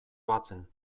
batzen